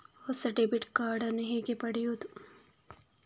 ಹೊಸ debit card ನ್ನು ಹೇಗೆ ಪಡೆಯುದು?